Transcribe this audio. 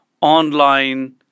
online